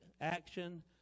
action